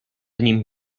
nimi